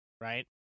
right